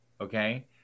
Okay